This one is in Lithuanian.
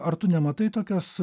ar tu nematai tokios